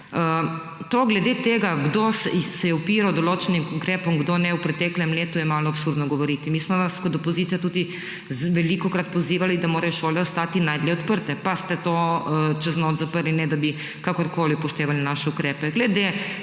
O tem, kdo se je upiral določenim ukrepom, kdo ne v preteklem letu, je malo absurdno govoriti. Mi smo vas kot opozicija tudi velikokrat pozivali, da morajo šole ostati najdlje odprte, pa ste jih čez noč zaprli, ne da bi kakorkoli upoštevali naše ukrepe.